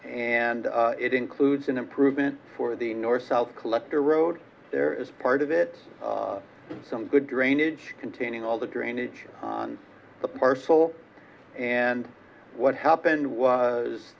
and it includes an improvement for the north south collector road there is part of it some good drainage containing all the drainage on the parcel and what happened was